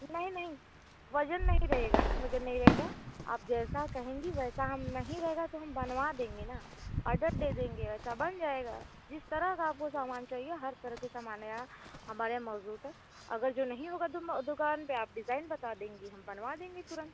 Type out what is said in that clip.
नही नहीं वजन नहीं रहेगा वजन नहीं रहेगा आप जैसा कहेंगी वैसा हम नहीं रहेगा तो हम बनवा देंगे ना अडर दे देंगे वैसा बन जाएगा जिस तरह का आपको सामान चाहिए हर तरह के सामान यहाँ हमारे यहाँ मौजूद है अगर जो नहीं होगा दुकान पे आप डिज़ाइन बता देंगी हम बनवा देंगे तुरंत